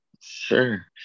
Sure